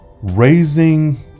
Raising